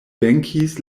venkis